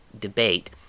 debate